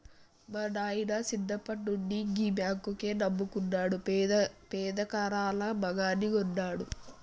మా నాయిన సిన్నప్పట్నుండి గీ బాంకునే నమ్ముకున్నడు, పదెకరాల మాగాని గొన్నడు